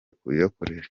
kuyakoresha